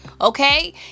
Okay